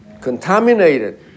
contaminated